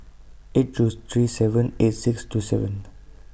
eight two three seven eight six two seven